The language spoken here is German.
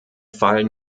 fall